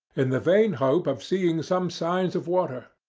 in the vain hope of seeing some signs of water.